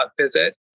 visit